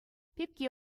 пепке